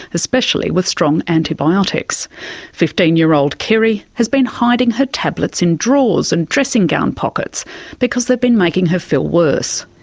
especially with strong antibiotics fifteen year old kiri has been hiding her tablets in drawers and dressing gown pockets because they have been making her feel worse.